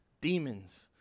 demons